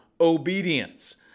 obedience